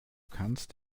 kannst